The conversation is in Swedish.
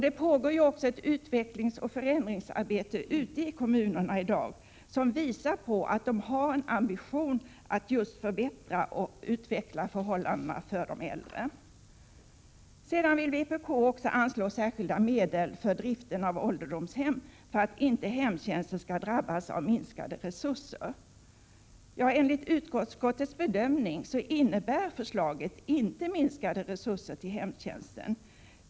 Det pågår också ett utvecklingsoch förändringsarbete inom äldreomsorgen i dag som visar att kommunerna har en ambition att förbättra förhållandena för de äldre. Vpk vill också anslå särskilda medel till driften av ålderdomshem för att inte hemtjänsten skall drabbas av minskade resurser. Enligt utskottets bedömning innebär det nu föreliggande förslaget inte minskade resurser till hemtjänsten.